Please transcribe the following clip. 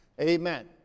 Amen